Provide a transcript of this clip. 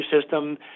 system